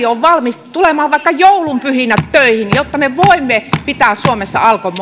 on valmis tulemaan vaikka joulunpyhinä töihin jotta me voimme pitää suomessa alkon